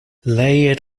layered